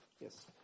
Yes